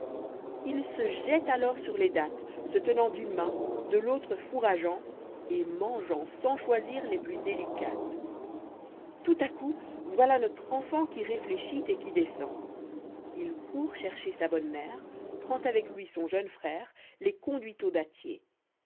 il se jette alors sur les dattes se tenant d'une main de l'autre fourrageant et mangeant sans choisir les plus délicates tout à coup voilà notre enfant qui réfléchit et qui descend il court chercher sa bonne mère prend avec lui son jeune frère les conduit au dattier